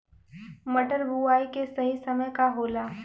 मटर बुआई के सही समय का होला?